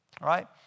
Right